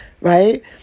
Right